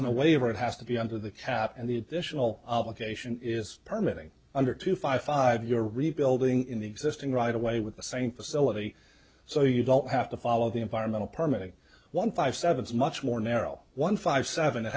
absent a waiver it has to be under the cap and the additional obligation is part getting under two five five you're rebuilding in the existing right away with the same facility so you don't have to follow the environmental permitting one five seven is much more narrow one five seven